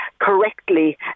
correctly